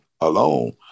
alone